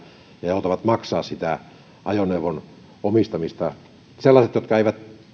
he joutavat maksamaan siitä ajoneuvon omistamisesta sellaiset jotka eivät